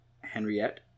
Henriette